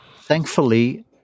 thankfully